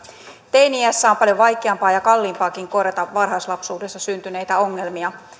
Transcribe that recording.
teini iässä on paljon vaikeampaa ja kalliimpaakin korjata varhaislapsuudessa syntyneitä ongelmia